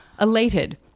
elated